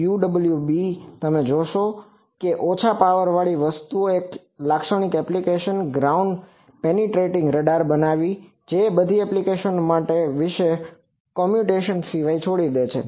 UWB તમે જોશો કે ઓછી પાવર વાળી વસ્તુઓની એક લાક્ષણિક એપ્લિકેશન ગ્રાઉન્ડ પેનીન્ટ્રેટીંગ રડાર બનાવી જે બધી એપ્લિકેશનો મેં આ વિશે કમ્યુનિકેશન સિવાય છોડી છે